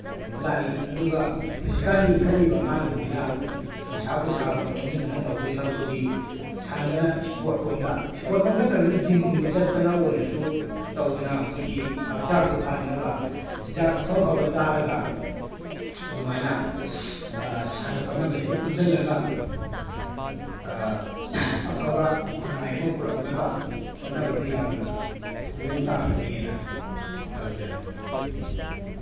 ꯂꯥꯛꯏ ꯑꯗꯨꯒ ꯍꯧꯖꯤꯛꯀꯥꯟꯒꯤ ꯏꯪꯈꯠꯂꯛꯏꯕ ꯑꯉꯥꯡꯁꯤꯡꯁꯤꯅ ꯅꯤꯁꯥ ꯄꯨꯁꯥꯔꯣꯝꯗ ꯑꯣꯟꯁꯤꯟꯗꯨꯅ ꯇꯧꯗꯣꯏ ꯁꯔꯨꯛꯄꯨꯗꯤ ꯁꯥꯟꯅꯗꯅ ꯏꯁꯄꯣꯔꯠ ꯔꯣꯝꯗ ꯏꯁꯄꯣꯔꯠꯃꯛ ꯅꯠꯇ꯭ꯔꯒꯁꯨ ꯖꯤꯝꯒ ꯆꯠꯇꯅ ꯑꯣꯏꯔꯁꯨ ꯇꯧꯗꯅ ꯃꯣꯏꯒꯤ ꯍꯛꯆꯥꯡꯗꯣ ꯐꯍꯟꯅꯕ ꯆꯤꯟꯖꯥꯛ ꯑꯐ ꯑꯐꯕ ꯆꯥꯔꯒ ꯑꯗꯨꯃꯥꯏꯅ ꯁꯥꯟꯅ ꯈꯣꯠꯅꯕꯁꯤꯗ ꯑꯣꯟꯁꯤꯜꯂꯒ ꯑꯐꯕ ꯈꯨꯅꯥꯏ ꯑꯃ ꯄꯨꯔꯛꯅꯕ ꯍꯣꯠꯅꯕꯗ ꯌꯥꯝꯅ ꯃꯑꯣꯡ ꯇꯥꯒꯅꯤ ꯍꯥꯏꯅ ꯑꯩ ꯊꯝꯖꯒꯦ